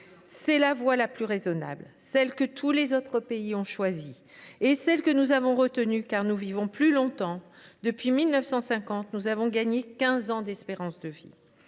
C’est la voie la plus raisonnable, celle que tous les autres pays ont choisie et que nous avons retenue, car nous vivons plus longtemps : depuis 1950, notre espérance de vie